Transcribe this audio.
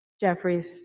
Jeffries